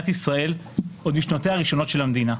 ישראל עוד משנותיה הראשונות של המדינה.